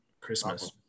Christmas